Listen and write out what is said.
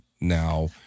Now